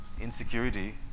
insecurity